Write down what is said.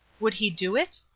would he do it?